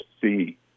see